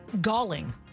galling